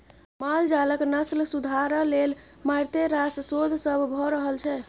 माल जालक नस्ल सुधार लेल मारिते रास शोध सब भ रहल छै